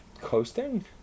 Coasting